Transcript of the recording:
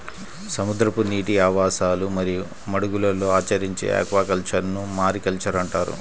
సముద్రపు నీటి ఆవాసాలు మరియు మడుగులలో ఆచరించే ఆక్వాకల్చర్ను మారికల్చర్ అంటారు